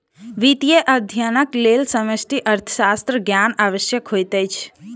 वित्तीय अध्ययनक लेल समष्टि अर्थशास्त्रक ज्ञान आवश्यक होइत अछि